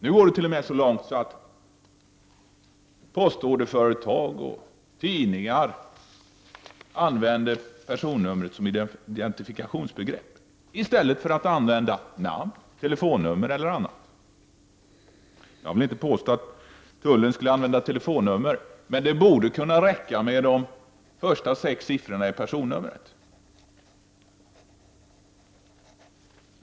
Nu går det t.o.m. så långt att postorderföretag och tidningar använder personnumret som identifikationsbegrepp i stället för att använda namn, telefonnummer eller annat. Jag vill inte påstå att tullen skulle använda telefonnummer, men det borde kunna räcka med de första sex siffrorna i personnumret.